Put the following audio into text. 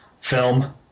film